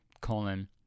Colon